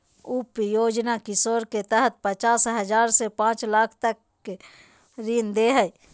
उप योजना किशोर के तहत पचास हजार से पांच लाख तक का ऋण दे हइ